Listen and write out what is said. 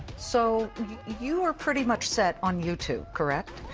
so you are pretty much set on youtube, correct?